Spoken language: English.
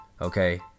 Okay